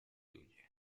huye